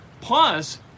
plus